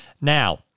Now